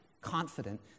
confident